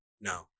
no